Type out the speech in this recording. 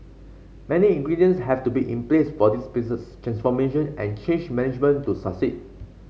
many ingredients have to be in place for this business transformation and change management to succeed